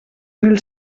mil